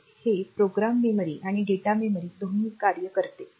तर हे program memory आणि डेटा मेमरी दोन्ही कार्य करते